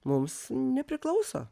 mums nepriklauso